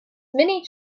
many